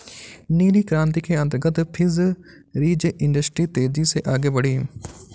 नीली क्रांति के अंतर्गत फिशरीज इंडस्ट्री तेजी से आगे बढ़ी